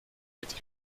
mit